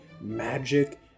magic